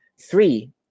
Three